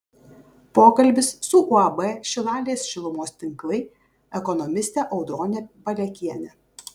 pokalbis su uab šilalės šilumos tinklai ekonomiste audrone palekiene